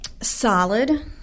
Solid